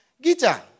Gita